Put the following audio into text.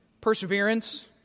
perseverance